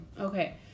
okay